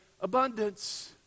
abundance